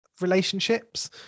relationships